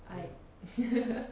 !aiya!